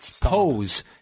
pose